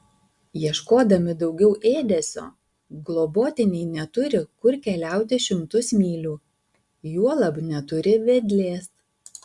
ieškodami daugiau ėdesio globotiniai neturi kur keliauti šimtus mylių juolab neturi vedlės